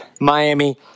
Miami